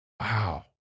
Wow